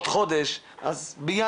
שכיוון שהתקציב אז נכנס באיחור, בסוף ינואר,